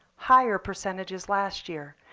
higher percentages last year.